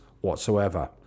whatsoever